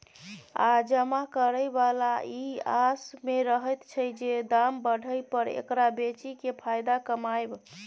आ जमा करे बला ई आस में रहैत छै जे दाम बढ़य पर एकरा बेचि केँ फायदा कमाएब